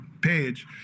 page